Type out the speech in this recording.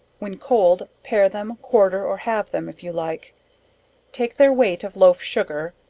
when cold, pair them, quarter or halve them, if you like take their weight of loaf sugar,